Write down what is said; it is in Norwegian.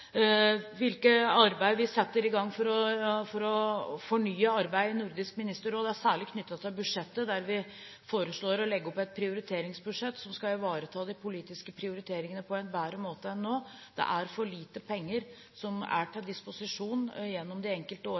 arbeid vi setter i gang for å fornye arbeidet i Nordisk Ministerråd, er særlig knyttet til budsjettet, der vi foreslår å legge opp et prioriteringsbudsjett som skal ivareta de politiske prioriteringer på en bedre måte enn nå. Det er for lite penger til disposisjon gjennom de enkelte